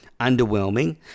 underwhelming